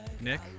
Nick